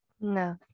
No